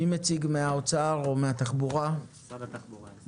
מי מהאוצר או מהתחבורה מציג?